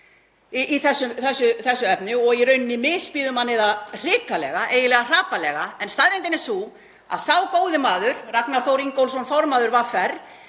í þessu efni og í rauninni misbýður manni það hrikalega, eiginlega hrapallega. En staðreyndin er sú að sá góði maður, Ragnar Þór Ingólfsson, formaður VR, hefur